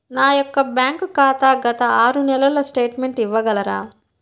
నా యొక్క బ్యాంక్ ఖాతా గత ఆరు నెలల స్టేట్మెంట్ ఇవ్వగలరా?